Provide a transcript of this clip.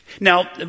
Now